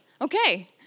okay